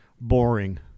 boring